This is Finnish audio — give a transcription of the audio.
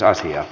asia